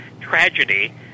tragedy